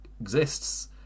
exists